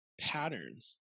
patterns